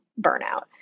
burnout